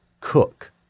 Cook